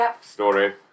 story